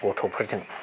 गथ'फोरजों